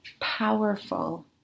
powerful